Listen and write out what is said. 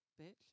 bitch